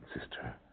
sister